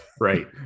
Right